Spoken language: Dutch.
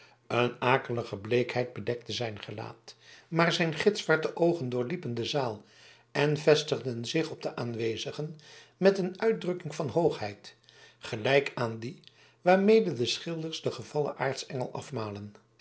een akelige bleekheid bedekte zijn gelaat maar zijn gitzwarte oogen doorliepen de zaal en vestigden zich op de aanwezigen met een uitdrukking van hoogheid gelijk aan die waarmede de schilders den gevallen aartsengel afmalen